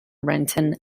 renton